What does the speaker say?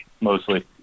mostly